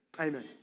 amen